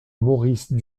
maurice